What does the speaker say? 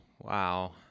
Wow